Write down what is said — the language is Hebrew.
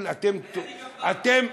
אתם,